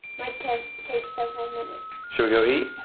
might take several minutes. should we go eat?